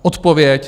Odpověď?